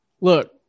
Look